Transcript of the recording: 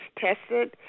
tested